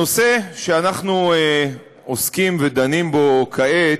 הנושא שאנחנו עוסקים ודנים בו כעת,